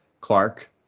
clark